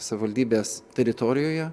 savivaldybės teritorijoje